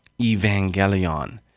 Evangelion